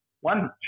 One